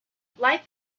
life